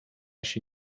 się